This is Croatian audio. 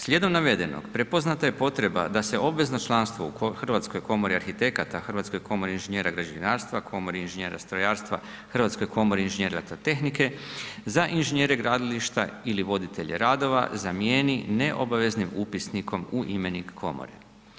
Slijedom navedenog prepoznata je potreba da se obvezno članstvo u Hrvatskoj komori arhitekata, Hrvatskoj komori inženjera građevinarstva, Komori inženjera strojarstva, Hrvatskoj komori inženjera elektrotehnika za inženjere gradilišta ili voditelje radova zamijeni neobaveznim upisnikom u imenik komore.